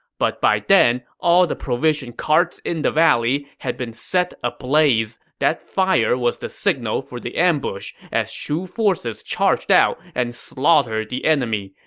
but by then, all the provision carts in the valley had been set ablaze. that fire was the signal for the ambush, as shu forces charged out and slaughtered the enemy.